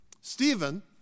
Stephen